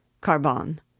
Carbon